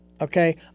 okay